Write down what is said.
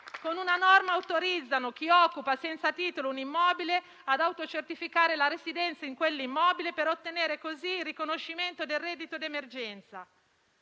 con una norma, autorizzano chi occupa senza titolo un immobile ad autocertificare la residenza nell'immobile stesso, per ottenere così il riconoscimento del reddito d'emergenza.